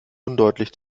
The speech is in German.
undeutlich